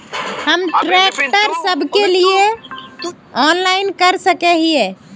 हम ट्रैक्टर सब के लिए ऑनलाइन कर सके हिये?